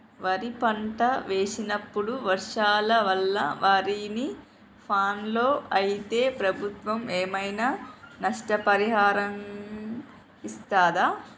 వరి పంట వేసినప్పుడు వర్షాల వల్ల వారిని ఫాలో అయితే ప్రభుత్వం ఏమైనా నష్టపరిహారం ఇస్తదా?